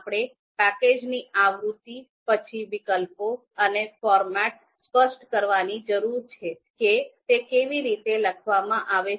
આપણે પેકેજની આવૃત્તિ પછી વિકલ્પો અને ફોર્મેટને સ્પષ્ટ કરવાની જરૂર છે કે તે કેવી રીતે લખવામાં આવે છે